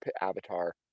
avatar